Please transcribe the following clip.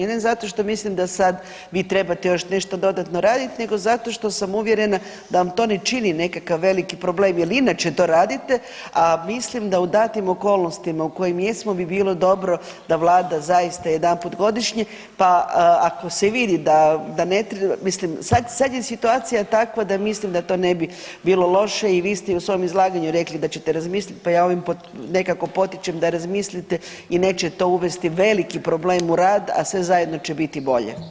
Ne zato što mislim da sad vi trebate još nešto dodatno raditi nego zato što sam uvjerena da vam to ne čini nekakav veliki problem jer inače to radite, a mislim da u datim okolnostima u kojim jesmo bi bilo dobro da Vlada zaista jedanput godišnje pa ako se i vidi da ne treba, mislim, sad je situacija takva da mislim da to ne bi bilo loše i vi ste u svom izlaganju rekli da ćete razmisliti pa ja ovim, nekako potičem da razmislite i neće to uvesti veliki problem u rad, a sve zajedno će biti bolje.